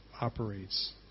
operates